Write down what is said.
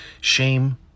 shame